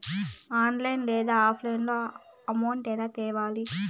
online లేదా ఆఫ్లైన్లో account ఎలా తెరవాలి